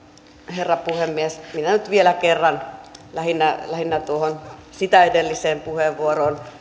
herra puhemies minä nyt vielä kerran lähinnä lähinnä tuohon sitä edelliseen puheenvuoroon